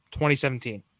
2017